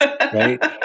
right